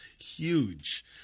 huge